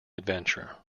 adventure